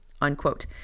unquote